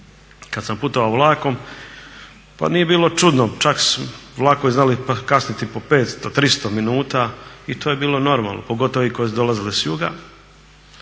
kada sam putovao vlakom pa nije bilo čudno, čak su vlakovi znali kasniti po 500, 300 minuta i to je bilo normalno, pogotovo ovi koji su dolazili sa juga,